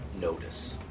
notice